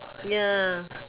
ya